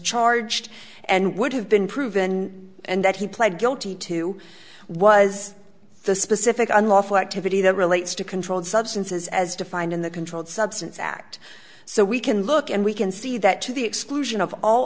charged and would have been proven and that he pled guilty to was the specific unlawful activity that relates to controlled substances as defined in the controlled substance act so we can look and we can see that to the exclusion of all